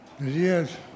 Yes